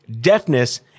deafness